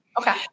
Okay